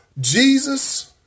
Jesus